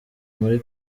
muri